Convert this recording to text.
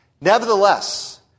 Nevertheless